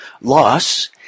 loss